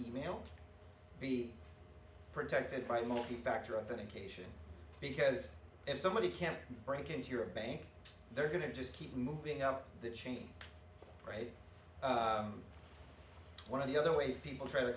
e mail be protected by multifactor of an occasion because if somebody can't break into your bank they're going to just keep moving up the chain right one of the other ways people try to